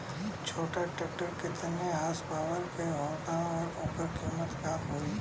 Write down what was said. छोटा ट्रेक्टर केतने हॉर्सपावर के होला और ओकर कीमत का होई?